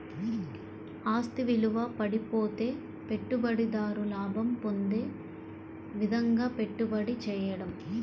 ఆస్తి విలువ పడిపోతే పెట్టుబడిదారు లాభం పొందే విధంగాపెట్టుబడి చేయడం